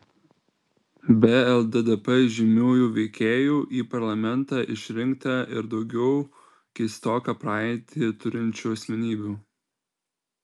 be lddp įžymiųjų veikėjų į parlamentą išrinkta ir daugiau keistoką praeitį turinčių asmenybių